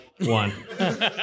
one